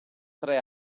tre